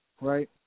right